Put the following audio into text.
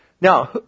Now